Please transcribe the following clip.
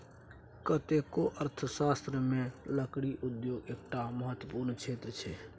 कतेको अर्थव्यवस्थामे लकड़ी उद्योग एकटा महत्वपूर्ण क्षेत्र छै